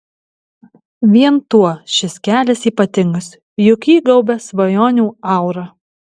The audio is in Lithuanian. vien tuo šis kelias ypatingas juk jį gaubia svajonių aura